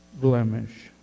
blemish